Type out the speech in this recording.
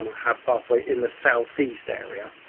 have passed away in the south east area